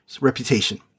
reputation